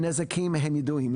הנזקים הם ידועים.